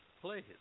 Please